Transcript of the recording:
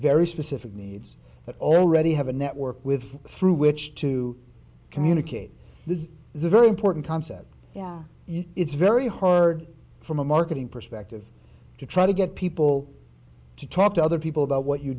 very specific needs that already have a network with through which to communicate this is a very important concept it's very hard from a marketing perspective to try to get people to talk to other people about what you